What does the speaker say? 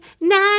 Nine